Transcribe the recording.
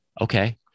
Okay